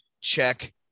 check